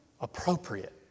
appropriate